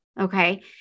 Okay